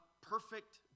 perfect